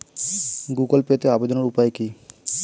Google পেতে আবেদনের উপায় কি?